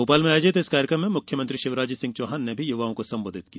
भोपाल में आयोजित इस कार्यक्रम में मुख्यमंत्री शिवराज सिंह चौहान ने युवाओं को संबोधित किया